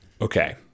Okay